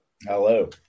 hello